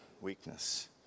weakness